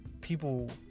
people